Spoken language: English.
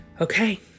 Okay